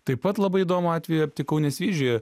taip pat labai įdomų atvejį aptikau nesvyžiuje